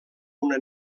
una